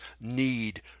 need